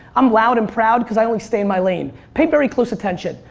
i'm loud and proud because i only stay in my lane. pay very close attention,